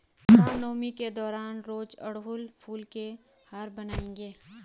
रामनवमी के दौरान रोज अड़हुल फूल के हार बनाएंगे